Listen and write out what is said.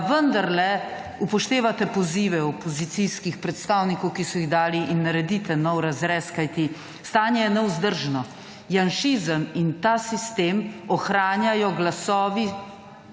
da vendarle upoštevate pozive opozicijskih predstavnikov, ki so jih dali, in naredite nov razrez. Kajti stanje je nevzdržno. Janšizem in ta sistem ohranjajo glasovi